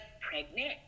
pregnant